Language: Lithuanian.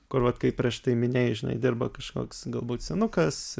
kur vat kaip prieš tai minėjai žinai dirba kažkoks galbūt senukas